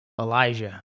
Elijah